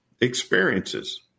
experiences